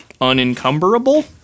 unencumberable